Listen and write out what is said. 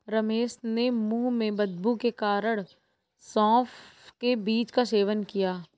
रमेश ने मुंह में बदबू के कारण सौफ के बीज का सेवन किया